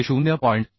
ते 0